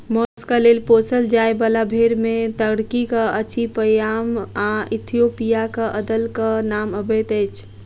मौसक लेल पोसल जाय बाला भेंड़ मे टर्कीक अचिपयाम आ इथोपियाक अदलक नाम अबैत अछि